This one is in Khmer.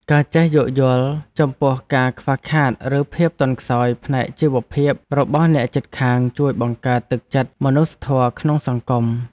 ការចេះយោគយល់ចំពោះការខ្វះខាតឬភាពទន់ខ្សោយផ្នែកជីវភាពរបស់អ្នកជិតខាងជួយបង្កើតទឹកចិត្តមនុស្សធម៌ក្នុងសង្គម។